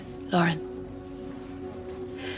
Lauren